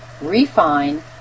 refine